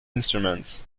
instruments